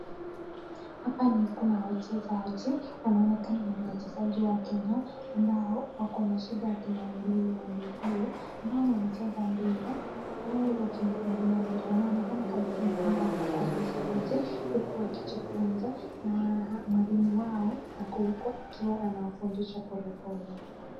Hapa ni kuna wachezaji. Wanaonekana ni wachezaji wa Kenya, ambao wakona shida ya kimaumbile ya miguu, ambao wanacheza mpira, wao waking'ang'ani mpira. Wanaonekana kabisa ni kama wako kwa mazoezi, huku wakijifunza na mwalimu wao ako huko akiwa anawafundisha polepole.